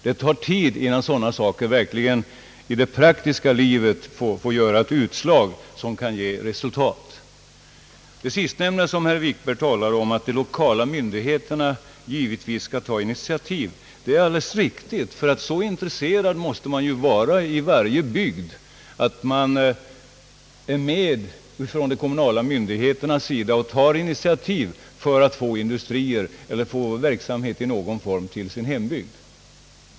Det tar tid innan sådana saker i det praktiska livet gör ett utslag som kan ge resultat. Det är alldeles riktigt som herr Wikberg sade att det är de lokala myndigheterna som skall ta initiativ, ty så intresserad måste man ju vara i varje bygd att man från de kommunala myndigheternas sida tar initiativ för att få dit industrier eller verksamhet i någon form.